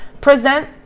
present